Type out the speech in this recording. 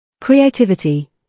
Creativity